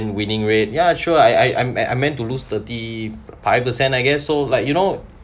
winning rate ya sure I I I'm I'm meant to lose thirty five percent I guess so like you know